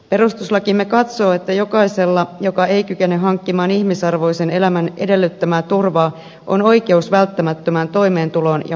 perustuslakimme katsoo että jokaisella joka ei kykene hankkimaan ihmisarvoisen elämän edellyttämää turvaa on oikeus välttämättömään toimeentuloon ja huolenpitoon